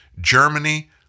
Germany